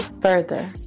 further